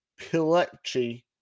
Pilecki